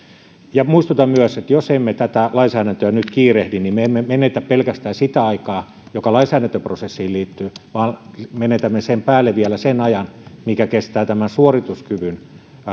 muistutan myös että jos emme tätä lainsäädäntöä nyt kiirehdi niin me emme menetä pelkästään sitä aikaa joka lainsäädäntöprosessiin liittyy vaan menetämme sen päälle vielä sen ajan minkä kestää tämän suorituskyvyn